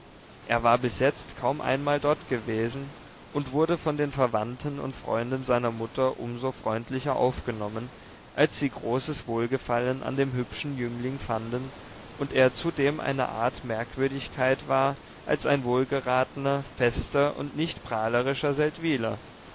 er war bis jetzt kaum einmal dort gewesen und wurde von den verwandten und freunden seiner mutter um so freundlicher aufgenommen als sie großes wohlgefallen an dem hübschen jüngling fanden und er zudem eine art merkwürdigkeit war als ein wohlgeratener fester und nicht prahlerischer